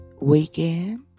weekend